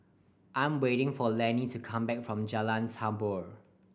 I'm waiting for Lannie to come back from Jalan Tambur